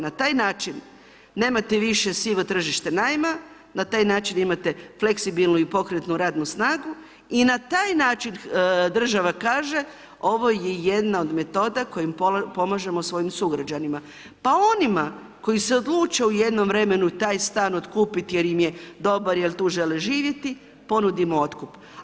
Na taj način nemate više sivo tržište najma, na taj način imate fleksibilnu i pokretnu radnu snagu i na taj način država kaže ovo je jedna od metoda kojom pomažemo svojim sugrađanima, pa onima koji se odluče u jednom vremenu taj stan otkupit jer im je dobar, jer tu žele živjeti, ponudimo otkup.